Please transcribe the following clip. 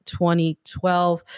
2012